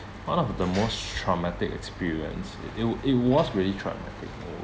one of the most traumatic experience it w~ it was really traumatic